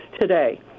today